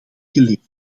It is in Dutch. geleefd